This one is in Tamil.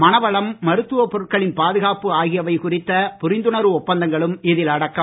மனவளம் மருத்துவ பொருட்களின் பாதுகாப்பு ஆகியவை குறித்த புரிந்துணர்வு ஒப்பந்தங்களும் இதில் அடக்கம்